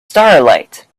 starlight